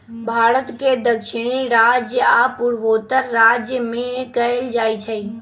भारत के दक्षिणी राज्य आ पूर्वोत्तर राज्य में कएल जाइ छइ